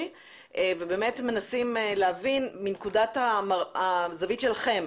ובאמת מנסים להבין מנקודת הזווית שלכם,